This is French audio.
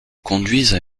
conduisent